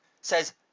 says